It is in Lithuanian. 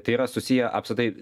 tai yra susiję apskritai